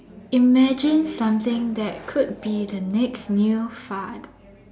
imagine something that could be the next new fad